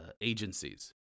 agencies